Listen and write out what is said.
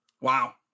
Wow